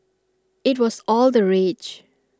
IT was all the rage